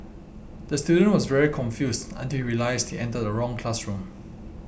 the student was very confused until he realised he entered the wrong classroom